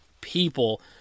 people